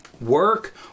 Work